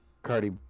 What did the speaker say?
Cardi